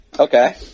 Okay